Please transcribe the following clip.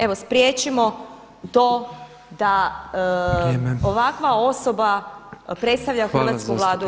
Evo spriječimo to da [[Upadica predsjednik: Vrijeme.]] ovakva osoba predstavlja hrvatsku Vladu